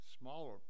smaller